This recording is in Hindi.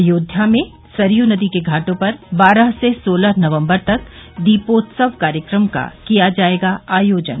अयोध्या में सरयू नदी के घाटों पर बारह से सोलह नवम्बर तक दीपोत्सव कार्यक्रम का किया जायेगा आयोजन